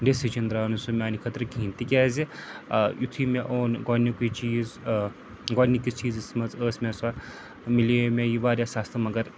decision درٛاو نہٕ سُہ میٛانہِ خٲطرٕ کِہیٖنۍ تِکیٛازِ یُتھُے مےٚ اوٚن گۄڈٕنیُکُے چیٖز گۄڈٕنِکِس چیٖزَس منٛز ٲس مےٚ سۄ مِلے مےٚ یہِ واریاہ سَستہٕ مگر